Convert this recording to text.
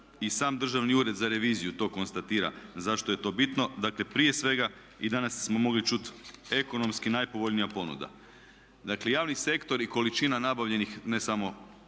I sam Državni ured za reviziju to konstatira zašto je to bitno. Dakle, prije svega i danas smo mogli čuti ekonomski najpovoljnija ponuda. Dakle, javni sektor i količina nabavljenih ne samo